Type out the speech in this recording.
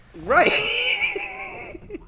Right